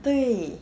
对